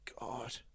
God